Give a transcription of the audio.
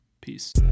Peace